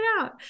out